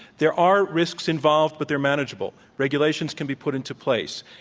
there are risks involved, but they're manageable. regulations can be put into place.